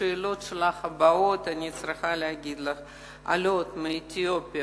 לשאלות הבאות שלך: אני צריכה להגיד לך שעולות מאתיופיה,